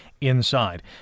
inside